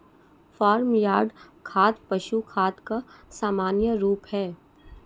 farm yard खाद पशु खाद का सामान्य रूप है